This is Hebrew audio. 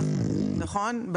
נכון.